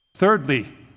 Thirdly